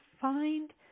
find